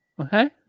Okay